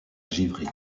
givry